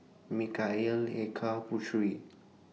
Mikhail Eka Putri